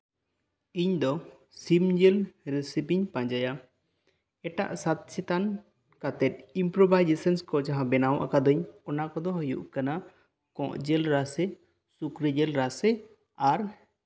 ᱤᱧ ᱫᱚ ᱥᱤᱢ ᱡᱤᱞ ᱨᱮᱥᱤᱯᱤᱧ ᱯᱟᱸᱡᱟᱭᱟ ᱮᱴᱟᱜ ᱥᱟᱛ ᱪᱮᱛᱟᱱ ᱠᱟᱛᱮ ᱤᱢᱯᱨᱳᱵᱟᱭᱡᱮᱥᱚᱱ ᱠᱚ ᱡᱟᱦᱟᱸ ᱵᱮᱱᱟᱣ ᱟᱠᱟᱫᱟᱹᱧ ᱚᱱᱟ ᱠᱚᱫᱚ ᱦᱩᱭᱩᱜ ᱠᱟᱱᱟ ᱠᱚᱸᱜ ᱡᱤᱞ ᱨᱟᱥᱮ ᱥᱩᱠᱨᱤ ᱡᱤᱞ ᱨᱟᱥᱮ ᱟᱨ